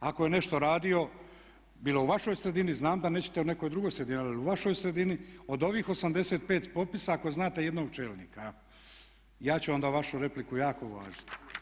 Ako je nešto radio bilo u vašoj sredini znam da nećete u nekoj drugoj sredini, ali u vašoj sredini od ovih 85 popisa ako znate jednog čelnika evo, ja ću onda vašu repliku jako uvažiti.